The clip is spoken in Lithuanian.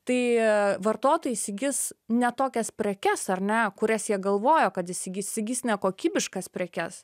tai vartotojai įsigis ne tokias prekes ar ne kurias jie galvojo kad įsigys įsigys nekokybiškas prekes